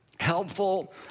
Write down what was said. helpful